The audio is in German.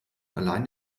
allein